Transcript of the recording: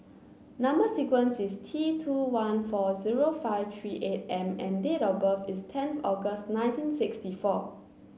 number sequence is T two one four zero five three eight M and date of birth is tenth August nineteen sixty four